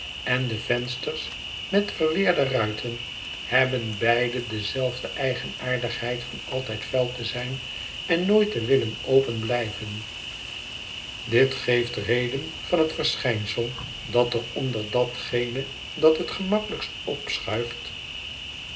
en de vensters met verweerde ruiten hebben beide dezelfde eigenaardigheid van altijd vuil te zijn en nooit te willen openblijven dit geeft reden van het verschijnsel dat er onder datgene dat het gemakkelijkst opschuift